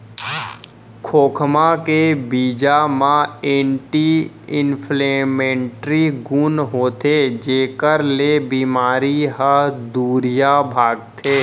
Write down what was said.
खोखमा के बीजा म एंटी इंफ्लेमेटरी गुन होथे जेकर ले बेमारी ह दुरिहा भागथे